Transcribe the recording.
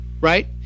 Right